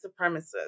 supremacists